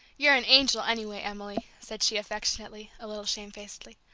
you're an angel, anyway, emily, said she, affectionately, a little shamefacedly.